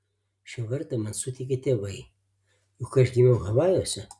šį vardą man suteikė tėvai juk aš gimiau havajuose